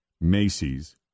Macy's